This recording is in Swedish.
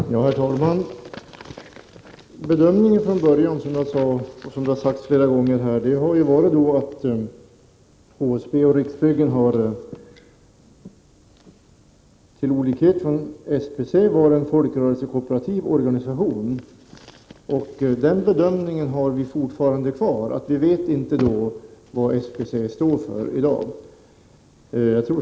Herr talman! Utskottsmajoritetens bedömning har från början varit, vilket har sagts flera gånger, att HSB och Riksbyggen, till skillnad från SBC, är en folkrörelsekooperativ organisation. Vi gör fortfarande bedömningen att vi inte vet vad SBC i dag står för.